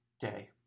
day